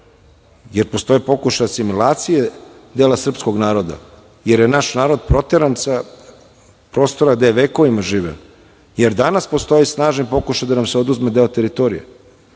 jer postoje pokušaji asimilacije dela srpskog naroda, jer je naš narod proteran sa prostora gde je vekovima živeo, jer danas postoje snažni pokušaji da nam se oduzme deo teritorije,